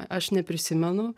aš neprisimenu